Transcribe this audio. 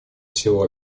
всего